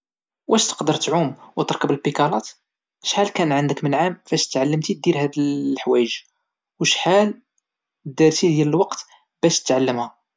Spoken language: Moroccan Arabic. واش تقدر تعوم وتركب البيكالات، شحال كان عندك من عام فاش تعلمتي دير هاد الحوايج، وشحال درتي ديال الوقت باش تتعلمها؟